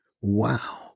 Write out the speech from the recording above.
wow